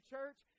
Church